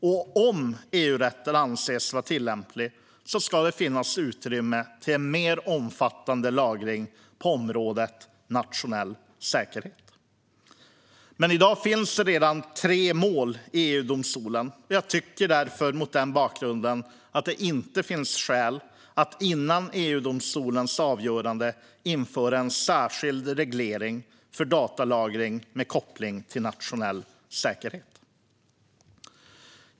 Och om EU-rätten anses vara tillämplig ska det finnas utrymme till en mer omfattande lagring på området nationell säkerhet. I dag finns redan tre mål i EU-domstolen, och mot den bakgrunden tycker jag därför att det inte finns skäl att före EU-domstolens avgöranden införa en särskild reglering för datalagring med koppling till nationell säkerhet.